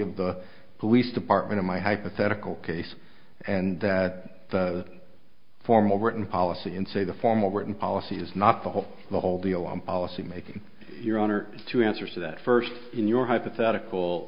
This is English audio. of the police department in my hypothetical case and the formal written policy in say the formal written policy is not the whole the whole deal on policy making your honor to answer so that first in your hypothetical